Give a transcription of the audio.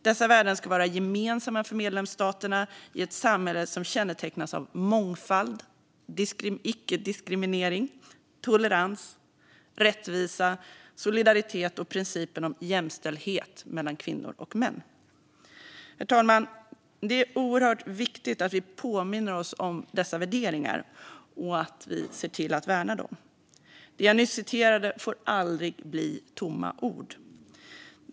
Dessa värden ska vara gemensamma för medlemsstaterna i ett samhälle som kännetecknas av mångfald, icke-diskriminering, tolerans, rättvisa, solidaritet och principen om jämställdhet mellan kvinnor och män." Herr talman! Det är oerhört viktigt att vi påminner oss om dessa värderingar och att vi ser till att värna dem. Det jag nyss citerade får aldrig bli tomma ord.